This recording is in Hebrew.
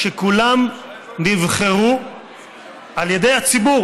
כולם נבחרו על ידי הציבור